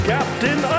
Captain